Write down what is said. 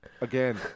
Again